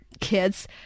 kids